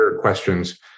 questions